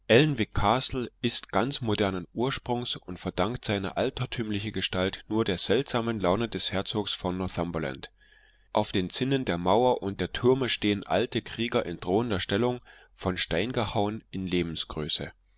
ist ganz modernen ursprungs und verdankt seine altertümliche gestalt nur der seltsamen laune des herzogs von northumberland auf den zinnen der mauer und der türme stehen alte krieger in drohender stellung von stein gehauen in lebensgröße